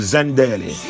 Zendele